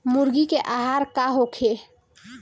मुर्गी के आहार का होखे?